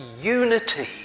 unity